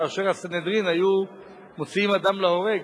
כאשר הסנהדרין היו מוציאים אדם להורג,